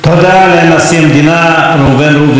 אני מתכבד להזמין את ראש ממשלת ישראל